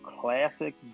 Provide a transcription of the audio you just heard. classic